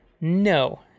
no